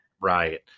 Right